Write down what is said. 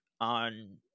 on